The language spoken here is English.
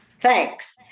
Thanks